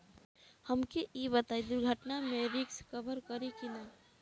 हमके ई बताईं दुर्घटना में रिस्क कभर करी कि ना?